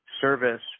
service